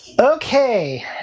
okay